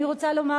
אני רוצה לומר,